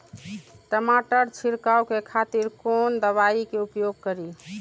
टमाटर छीरकाउ के खातिर कोन दवाई के उपयोग करी?